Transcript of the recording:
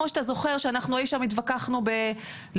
כמו שאתה זוכר שאנחנו אי שם התווכחנו בדצמבר-ינואר,